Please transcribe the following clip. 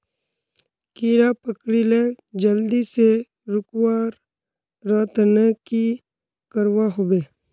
कीड़ा पकरिले जल्दी से रुकवा र तने की करवा होबे?